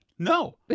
No